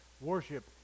worship